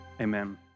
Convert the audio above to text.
amen